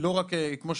לא רק לראות,